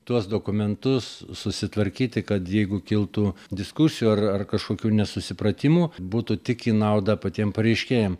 tuos dokumentus susitvarkyti kad jeigu kiltų diskusijų ar ar kažkokių nesusipratimų būtų tik į naudą patiem pareiškėjam